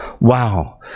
wow